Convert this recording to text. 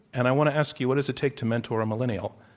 and i want to ask you, what does it take to mentor a millennial?